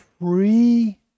free